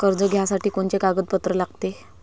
कर्ज घ्यासाठी कोनचे कागदपत्र लागते?